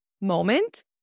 moment